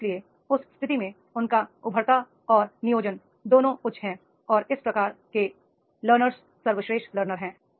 और इसलिए उस स्थिति में उनका उद्भव उच्च है और उनकी योजना भी उच्च है और इस प्रकार के लर्ननर सर्वश्रेष्ठ लर्ननर हैं